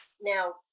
Now